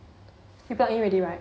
you plug in already right